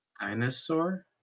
Dinosaur